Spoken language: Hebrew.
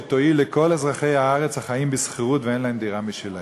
שתועיל לכל אזרחי הארץ שחיים בשכירות ואין להם דירה משלהם.